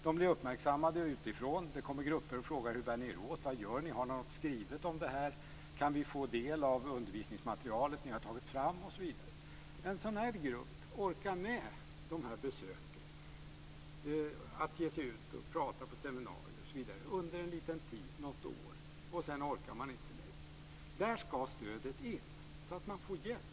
De blir uppmärksammade utifrån. Det kommer grupper och frågar hur de bär sig åt, vad de gör och om de har något skrivet om detta, om man kan få del av det undervisningsmaterial som de har tagit fram osv. En sådan grupp orkar med besöken, orkar ge sig ut för att tala på seminarier under en liten tid, något år, och sedan orkar man inte längre. Där skall stödet in, så att man får hjälp.